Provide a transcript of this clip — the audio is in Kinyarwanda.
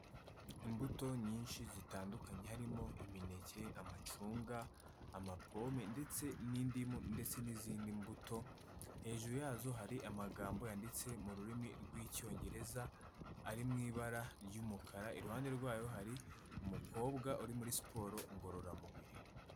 Imbuto nyinshi zitandukanye, harimo imineke, amacunga, amapome ndetse n'indimu, ndetse n'izindi mbuto, hejuru yazo hari amagambo yanditse mu rurimi rw'icyongereza, ari mu ibara ry'umukara, iruhande rwayo hari umukobwa uri muri siporo ngororamubiri.